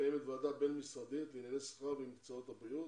קיימת ועדה בין-משרדית בענייני שכר למקצועות הבריאות